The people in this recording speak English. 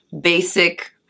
basic